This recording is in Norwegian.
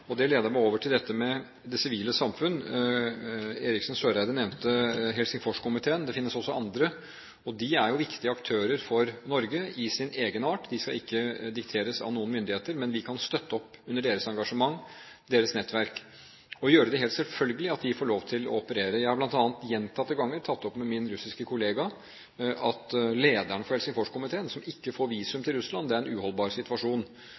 Eriksen Søreide nevnte Helsingforskomiteen. Det finnes også andre. De er i sin egenart viktige aktører for Norge. De skal ikke dikteres av noen myndigheter, men vi kan støtte opp under deres engasjement, deres nettverk og gjøre det helt selvfølgelig at de får lov til å operere. Jeg har bl.a. gjentatte ganger tatt opp med min russiske kollega at lederen for Helsingforskomiteen ikke får visum til Russland. Det er en uholdbar situasjon,